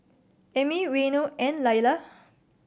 Amey Reino and Lilah